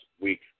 week